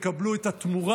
תקבלו את התמורה